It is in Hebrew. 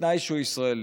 בתנאי שהוא ישראלי,